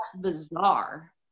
bizarre